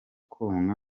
konka